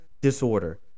disorder